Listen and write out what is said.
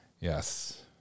Yes